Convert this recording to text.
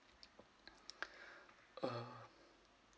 uh